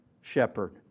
shepherd